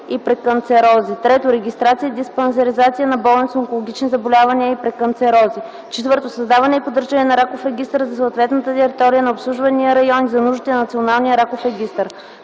и преканцерози; 3. регистрация и диспансеризация на болни с онкологични заболявания и преканцерози; 4. създаване и поддържане на раков регистър за съответната територия, на обслужвания район и за нуждите на Националния раков регистър;